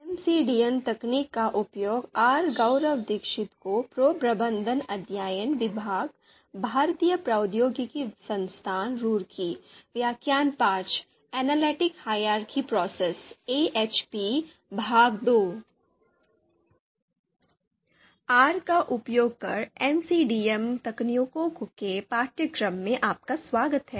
R का उपयोग कर एमसीडीएम तकनीकों के पाठ्यक्रम में आपका स्वागत है